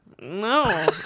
No